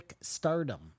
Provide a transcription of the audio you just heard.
stardom